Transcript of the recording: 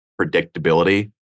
predictability